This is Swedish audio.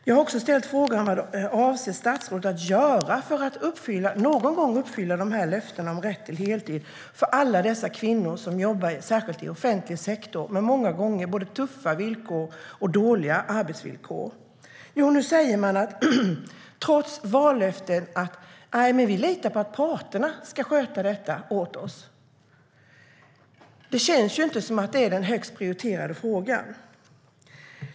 Jag har också frågat om vad statsrådet avser att göra för att någon gång uppfylla löftena om rätt till heltid för alla dessa kvinnor som jobbar särskilt i offentlig sektor med många gånger tuffa och dåliga arbetsvillkor. Nu säger hon att hon litar på att parterna ska sköta frågan åt oss. Det känns inte som den högst prioriterade frågan.